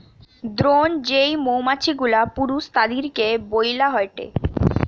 drone যেই মৌমাছি গুলা পুরুষ তাদিরকে বইলা হয়টে